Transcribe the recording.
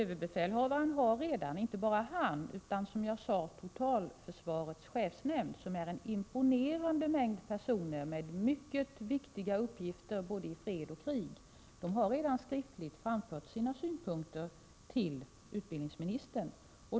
Herr talman! Inte bara överbefälhavaren utan även totalförsvarets chefsnämnd, som är en imponerande mängd personer med mycket viktiga uppgifter i både fred och krig, har redan skriftligt framfört sina synpunkter till utbildningsministern.